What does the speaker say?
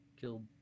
killed